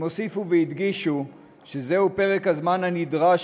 הם הוסיפו והדגישו שזהו פרק הזמן הנדרש